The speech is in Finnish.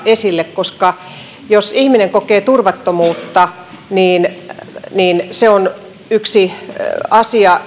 esille koska jos ihminen kokee turvattomuutta niin se on yksi asia